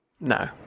No